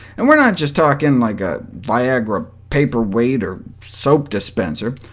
and we're not just talking like a viagra paperweight or soap dispenser.